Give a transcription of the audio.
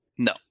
no